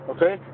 Okay